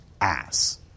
ass